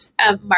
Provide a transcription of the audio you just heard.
mark